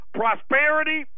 prosperity